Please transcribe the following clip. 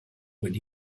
would